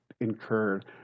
incurred